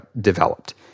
developed